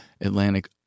Atlantic